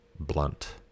Blunt